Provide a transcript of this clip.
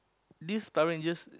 this Power-Rangers